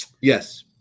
Yes